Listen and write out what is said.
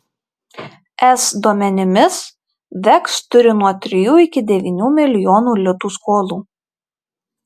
es duomenimis veks turi nuo trijų iki devynių milijonų litų skolų